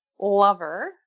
lover